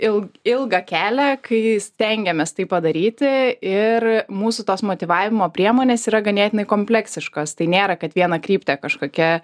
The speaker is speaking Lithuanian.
il ilgą kelią kai stengėmės tai padaryti ir mūsų tos motyvavimo priemonės yra ganėtinai kompleksiškos tai nėra kad vienakryptė kažkokia